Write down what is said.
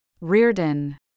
Reardon